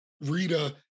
Rita